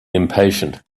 impatient